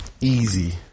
Easy